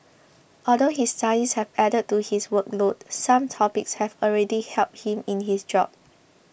although his studies have added to his workload some topics have already helped him in his job